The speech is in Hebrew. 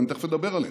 ואני תכף אדבר עליהן.